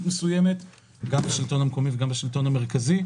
מסוים גם בשלטון המקומי וגם בשלטון המרכזי,